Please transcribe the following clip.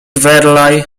verlai